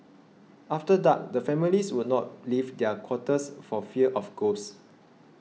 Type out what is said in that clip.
after dark the families would not leave their quarters for fear of ghosts